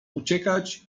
uciekać